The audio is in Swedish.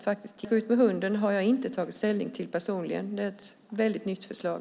Förslaget om att gå ut med hunden har jag inte tagit ställning till; det är ett nytt förslag.